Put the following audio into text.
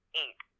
eight